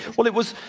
well it was,